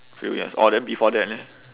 few years orh then before that leh